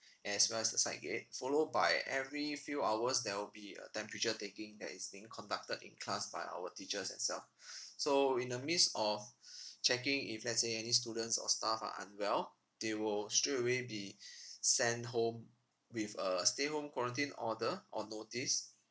as well as the side gate followed by every few hours there'll be a temperature taking that is being conducted in class by our teachers as well so in the midst of checking if let's say any students or staff are unwell they will straight away be sent home with a stay home quarantine order or notice